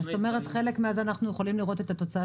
כלומר כחלק מזה אנחנו יכולים לראות את התוצאה